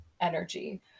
energy